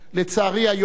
לצערי, היום